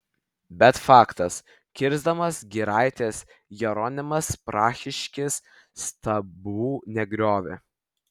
bet faktas kirsdamas giraites jeronimas prahiškis stabų negriovė